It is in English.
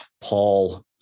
Paul